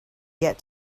get